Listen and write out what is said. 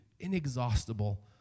inexhaustible